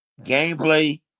gameplay